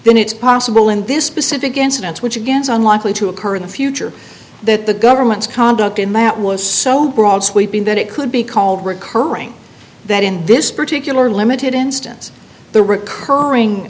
then it's possible in this specific incident which again is on likely to occur in the future that the government's conduct in that was so broad sweeping that it could be called recurring that in this particular limited instance the recurring